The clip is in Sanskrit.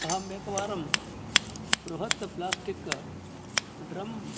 अहम् एकवारं बृहत् प्रस्टिक् ड्रम्